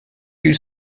you